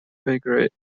figure